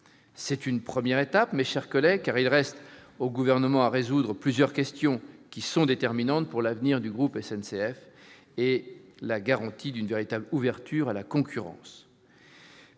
C'est une première étape, mes chers collègues, car il reste au Gouvernement à résoudre plusieurs questions déterminantes pour l'avenir du groupe SNCF et la garantie d'une véritable ouverture à la concurrence.